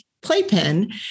playpen